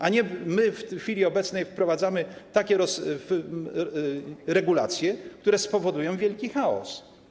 A my w chwili obecnej wprowadzamy takie regulacje, które spowodują wielki chaos.